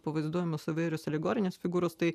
pavaizduojamos įvairios alegorinės figūros tai